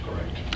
correct